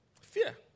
fear